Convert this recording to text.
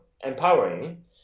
empowering